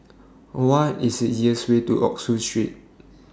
What IS The easiest Way to Oxford Street